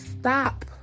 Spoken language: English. stop